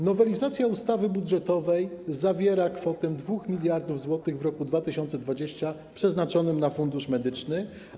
Nowelizacja ustawy budżetowej zawiera kwotę 2 mld zł w roku 2020 przeznaczoną na Fundusz Medyczny.